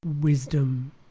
wisdom